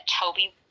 Toby